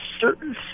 certain